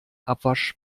abwasch